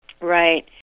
Right